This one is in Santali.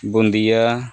ᱵᱩᱸᱫᱤᱭᱟᱹ